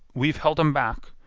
we ve helt em back.